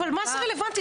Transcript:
אבל מה זה רלוונטי?